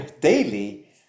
daily